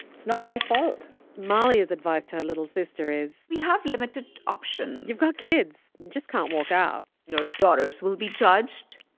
it's not my fault mahlia's advice to her little sister is. we have limited options you've got kids. you just can't walk out your daughters will be judged.